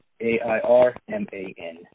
A-I-R-M-A-N